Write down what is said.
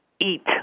eat